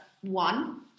one